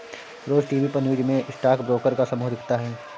रोज TV पर news में stock broker का समूह दिखता है